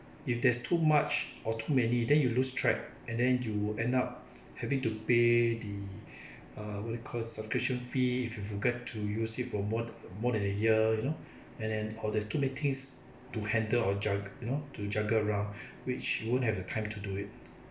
if there's too much or too many then you lose track and then you end up having to pay the uh what do you call subscription fee if you forget to use it for more more than a year you know and then or there's too many things to handle or jug~ you know to juggle around which you won't have the time to do it